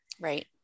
Right